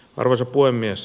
arvoisa puhemies